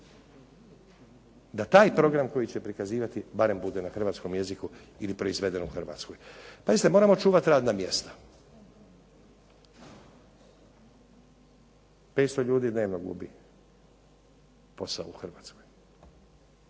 da taj program koji će prikazivati barem bude na hrvatskom jeziku ili proizveden u Hrvatskoj. Pazite, moramo čuvati radna mjesta. 500 ljudi dnevno gubi posao u Hrvatskoj.